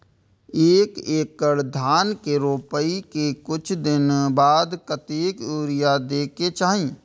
एक एकड़ धान के रोपाई के कुछ दिन बाद कतेक यूरिया दे के चाही?